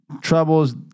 troubles